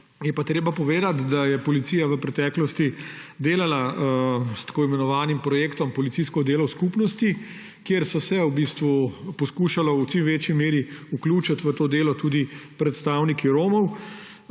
je pa treba povedati, da je policija v preteklosti delala s tako imenovanim projektom policijsko delo v skupnosti, kjer so se v bistvu poskušali v čim večji meri vključiti v to delo tudi predstavniki Romov.